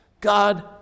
God